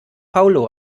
paulo